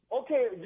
Okay